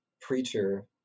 preacher